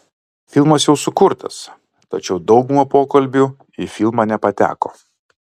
filmas jau sukurtas tačiau dauguma pokalbių į filmą nepateko